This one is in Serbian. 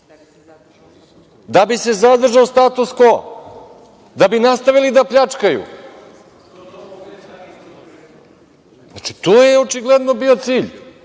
da bi se zadržao status kvo, da bi nastavili da pljačkaju. Znači, to je očigledno bio cilj